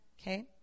okay